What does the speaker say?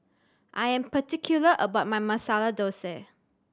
I am particular about my Masala Dosa